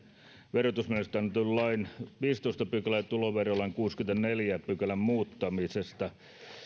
verotusmenettelystä annetun lain viidennentoista pykälän ja tuloverolain kuudennenkymmenennenneljännen pykälän muuttamisesta